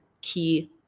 key